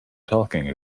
talking